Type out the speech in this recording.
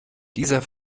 dieser